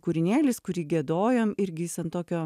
kūrinėlis kurį giedojom irgi jis ant tokio